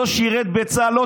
לא שירת בצה"ל,